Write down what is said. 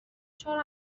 چهار